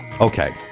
Okay